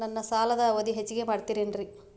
ನನ್ನ ಸಾಲದ ಅವಧಿ ಹೆಚ್ಚಿಗೆ ಮಾಡ್ತಿರೇನು?